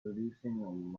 producing